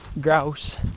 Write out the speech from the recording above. grouse